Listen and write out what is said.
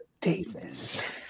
Davis